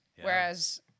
Whereas